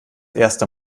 erste